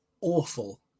awful